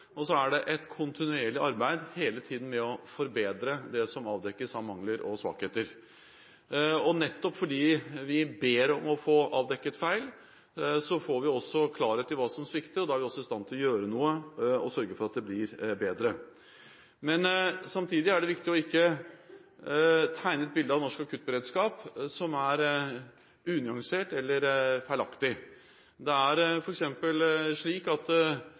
og det er hele tiden et kontinuerlig arbeid med å forbedre det som avdekkes. Nettopp fordi vi ber om å få avdekket feil, får vi også klarhet i hva som svikter, og da er vi også i stand til å gjøre noe og sørge for at det blir bedre. Men samtidig er det viktig ikke å tegne et bilde av norsk akuttberedskap som er unyansert eller feilaktig. Det er f.eks. slik at